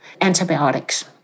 antibiotics